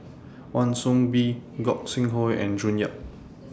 Wan Soon Bee Gog Sing Hooi and June Yap